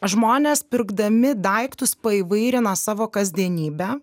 žmonės pirkdami daiktus paįvairina savo kasdienybę